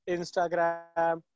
Instagram